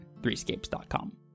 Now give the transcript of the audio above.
threescapes.com